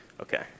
Okay